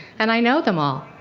and i know them all.